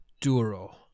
Duro